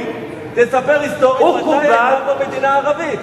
תספר היסטוריה, מתי היתה פה מדינה ערבית?